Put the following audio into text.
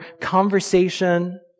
conversation